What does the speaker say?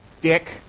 dick